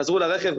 חזרו לרכב,